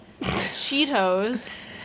cheetos